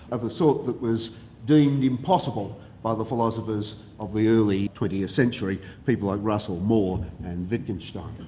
of the sort that was deemed impossible by the philosophers of the early twentieth century, people like russell, moore and wittgenstein.